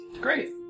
Great